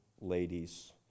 ladies